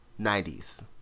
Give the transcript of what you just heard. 90s